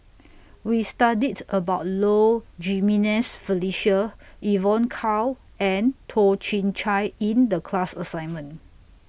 We studied about Low Jimenez Felicia Evon Kow and Toh Chin Chye in The class assignment